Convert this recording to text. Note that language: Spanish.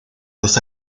los